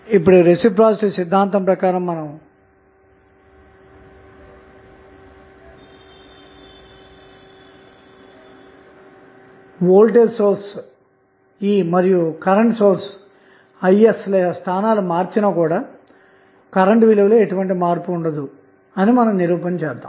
ఇప్పుడు రెసిప్రొసీటీ సిద్ధాంతం ప్రకారం మనం వోల్టేజ్ సోర్స్ మరియు కరెంటు Is ల స్థానాలు మార్చిన కూడా కరెంటు యొక్క విలువ లో ఎటువంటి మార్పు ఉండదు అని నిరూపిద్దాము